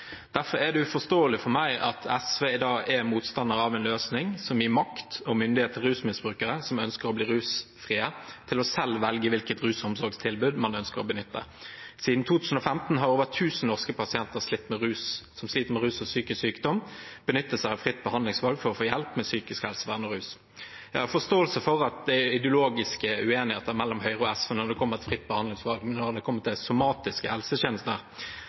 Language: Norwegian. Derfor er det uforståelig for meg at SV da er motstander av en løsning som gir makt og myndighet til rusmisbrukere som ønsker å bli rusfrie, til selv å velge hvilket rusomsorgstilbud de ønsker å benytte. Siden 2015 har over tusen norske pasienter som sliter med rus og psykisk sykdom, benyttet seg av fritt behandlingsvalg for å få hjelp med psykisk helsevern og rus. Jeg har forståelse for at det er ideologiske uenigheter mellom Høyre og SV om fritt behandlingsvalg når det gjelder somatiske helsetjenester,